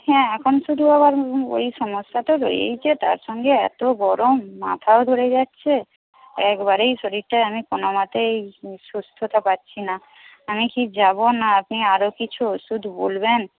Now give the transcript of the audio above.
হ্যাঁ এখন শুধু আবার ওই সমস্যাটা রয়েইছে তার সঙ্গে এতো গরম মাথাও ধরে যাচ্ছে একবারেই শরীরটা আমি কোনোমতেই সুস্থ হতে পারছি না আমি কি যাবো নাকি আপনি আরো কিছু ওষুধ বলবেন